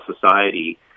society